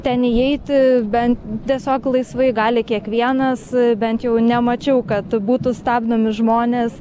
ten įeiti ben tiesiog laisvai gali kiekvienas bent jau nemačiau kad būtų stabdomi žmonės